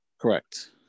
Correct